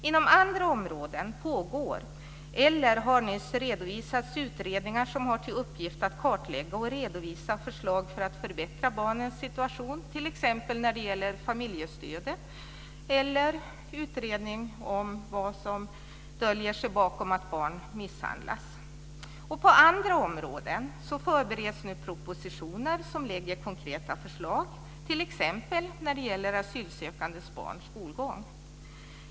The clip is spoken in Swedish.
Inom andra områden pågår eller har nyss redovisats utredningar som har till uppgift att kartlägga och redovisa förslag för att förbättra barnens situation t.ex. när det gäller familjestödet eller utredning om vad som döljer sig bakom att barn misshandlas. På andra områden förbereds nu propositioner med konkreta förslag, t.ex. när det gäller asylsökandes barns skolgång.